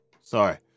Sorry